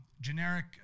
generic